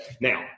Now